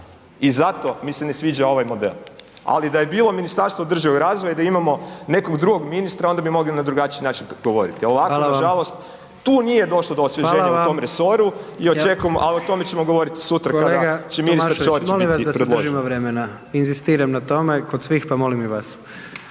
i zato mi se ne sviđa ovaj model, ali da je bilo Ministarstvo održivog razvoja i da imamo nekog drugog ministra onda bi mogli na drugačiji način govoriti …/Upadica: Hvala vam/… a ovako nažalost, tu nije došlo do osvježenja …/Upadica: Hvala vam/… u tom resoru i očekujem, a o tome ćemo govoriti sutra kada će ministar Ćorić biti predložen. **Jandroković, Gordan (HDZ)** Kolega Tomašević, molim vas da se držimo vremena. Inzistiram na tome kod svih, pa molim i vas.